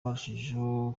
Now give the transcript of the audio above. barushijeho